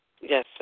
Yes